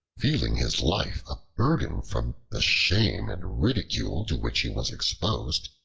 feeling his life a burden from the shame and ridicule to which he was exposed,